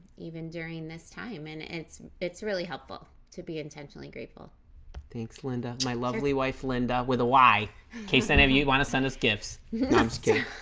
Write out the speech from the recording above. even during this time and it's it's really helpful to be intentionally grateful thanks linda my lovely wife linda with a y case any of you want to send us gifts okay